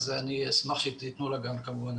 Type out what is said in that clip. אז אני אשמח אם תיתנו לה גם כמובן,